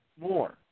more